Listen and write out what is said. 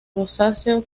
rosáceo